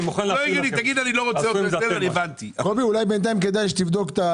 קובי, אולי כדאי שבינתיים תבדוק.